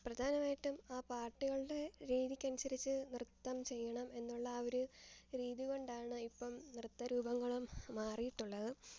പ്രധാനമായിട്ടും ആ പാട്ടുകളുടെ രീതിക്കനുസരിച്ച് നൃത്തം ചെയ്യണം എന്നുള്ള ആ ഒരു രീതി കൊണ്ടാണ് ഇപ്പം നൃത്തരൂപങ്ങളും മാറിയിട്ടുള്ളത്